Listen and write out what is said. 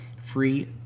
free